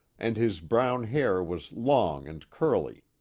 and his brown hair was long and curly.